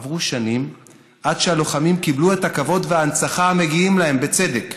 עברו שנים עד שהלוחמים קיבלו את הכבוד וההנצחה המגיעים להם בצדק.